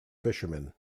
fisherman